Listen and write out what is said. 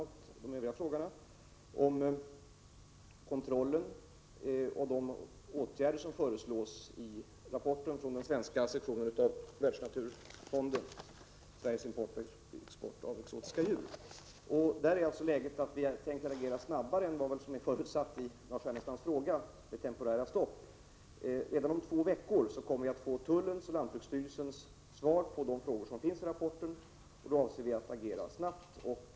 Det gäller de övriga frågorna om kontroll och om de åtgärder som föreslås i rapporten rörande Sveriges import och export av exotiska djur från den svenska sektionen av Världsnaturfoden. Vi har tänkt agera snabbare genom temporära stopp än vad som förutsattes i Lars Ernestams fråga. Om två veckor kommer vi att få tullens och lantbruksstyrelsens svar på de frågor som finns i rapporten. Vi avser då att agera snabbt.